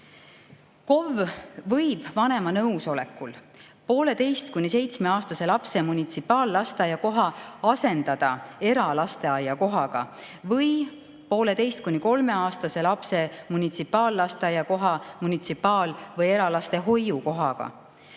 KOV võib vanema nõusolekul pooleteise‑ kuni seitsmeaastase lapse munitsipaallasteaia koha asendada eralasteaia kohaga või pooleteise‑ kuni kolmeaastase lapse munitsipaallasteaia koha munitsipaal‑ või eralastehoiu kohaga.